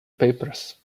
papers